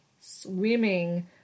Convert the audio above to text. swimming